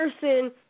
person